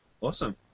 Awesome